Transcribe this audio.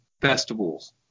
festivals